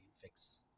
fix